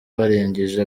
barangije